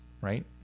right